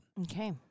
Okay